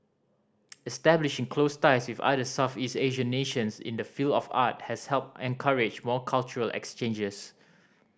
establishing close ties with other Southeast Asian nations in the field of art has helped and encourage more cultural exchanges